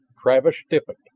travis stiffened.